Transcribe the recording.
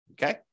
Okay